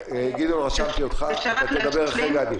אלה שיש לגביהם חיובי,